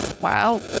Wow